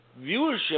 viewership